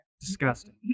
Disgusting